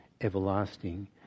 everlasting